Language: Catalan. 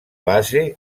base